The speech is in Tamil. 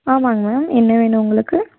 ஆமாங்க மேம் என்ன வேணும் உங்களுக்கு